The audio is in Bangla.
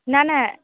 না না